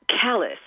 callous